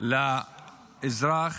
לאזרח